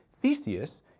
Theseus